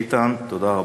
איתן, תודה רבה.